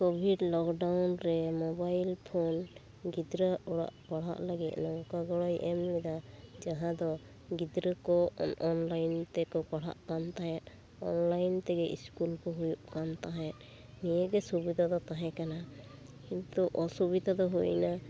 covid lockdown ᱨᱮ mobile phone ᱜᱤᱫᱽᱨᱟᱹ ᱦᱚᱲᱟᱜ ᱯᱟᱲᱦᱟᱜ ᱞᱟᱹᱜᱤᱫ ᱱᱚᱝᱠᱟ ᱜᱚᱲᱚᱭ ᱮᱢ ᱞᱮᱫᱟ ᱡᱟᱦᱟᱸ ᱫᱚ ᱜᱤᱫᱽᱨᱟᱹ ᱠᱚ ᱚᱱᱞᱟᱭᱤᱱ ᱛᱮᱠᱚ ᱯᱟᱲᱦᱟᱜ ᱠᱟᱱ ᱛᱟᱦᱮᱱ ᱚᱱᱞᱟᱭᱤᱱ ᱛᱮᱜᱮ ᱥᱠᱩᱞ ᱠᱚ ᱦᱩᱭᱩᱜ ᱠᱟᱱ ᱛᱟᱦᱮᱱ ᱱᱤᱭᱟᱹ ᱜᱮ ᱥᱩᱵᱤᱫᱷᱟ ᱫᱚ ᱛᱟᱦᱮᱸ ᱠᱟᱱᱟ ᱠᱤᱱᱛᱩ ᱚᱥᱩᱵᱤᱫᱷᱟ ᱫᱚ ᱦᱩᱭᱮᱱᱟ